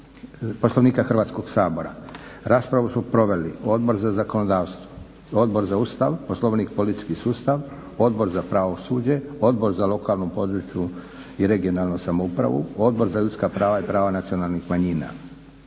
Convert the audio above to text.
Hrvatskog sabora. Raspravu su proveli Odbor za zakonodavstvo, Odbor za Ustav, Poslovnik i politički sustav, Odbor za pravosuđe, Odbor za lokalnu, područnu i regionalnu samoupravu, Odbor za ljudska prava i prava nacionalnih manjina.